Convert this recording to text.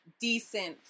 decent